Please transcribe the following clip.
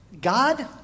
God